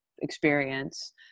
experience